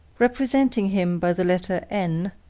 representing him by the letter n,